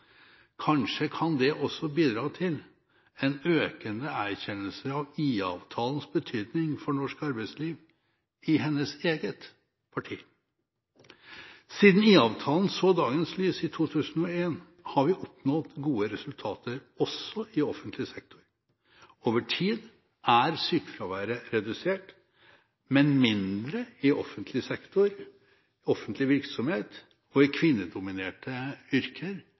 Kanskje kan det også bidra til en økende erkjennelse av IA-avtalens betydning for norsk arbeidsliv i hennes eget parti. Siden IA-avtalen så dagens lys i 2001, har vi oppnådd gode resultater, også i offentlig sektor. Over tid er sykefraværet redusert, men mindre i offentlig virksomhet og i kvinnedominerte yrker